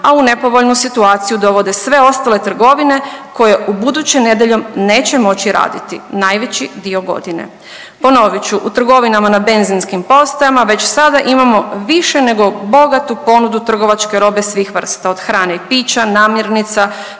a u nepovoljnu situaciju dovode sve ostale trgovine koje u buduće nedjeljom neće moći raditi najveći dio godine. Ponovit ću u trgovinama na benzinskim postajama već sada imamo više nego bogatu ponudu trgovačke robe svih vrsta od hrane i pića, namirnica,